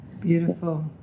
Beautiful